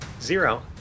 zero